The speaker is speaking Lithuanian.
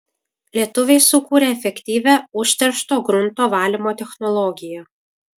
lietuviai sukūrė efektyvią užteršto grunto valymo technologiją